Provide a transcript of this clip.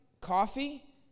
Coffee